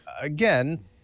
again